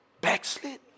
backslid